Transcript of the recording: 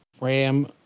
Ram